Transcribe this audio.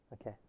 Okay